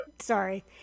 Sorry